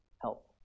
help